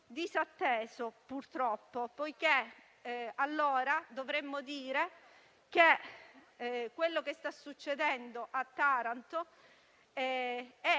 disatteso, purtroppo, poiché dovremmo dire che ciò che sta succedendo a Taranto